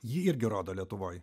jį irgi rodo lietuvoj